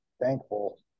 Thankful